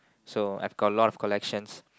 so I've got a lot of collections